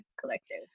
Collective